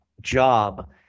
job